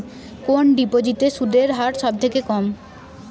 কোন ডিপোজিটে সুদের হার সবথেকে কম?